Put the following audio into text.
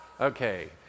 Okay